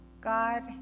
God